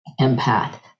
empath